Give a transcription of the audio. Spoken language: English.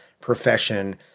profession